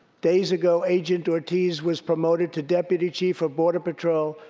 days ago, agent ortiz was promoted to deputy chief of border patrol,